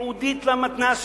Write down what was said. ייעודית למתנ"ס,